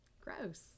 Gross